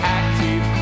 active